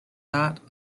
not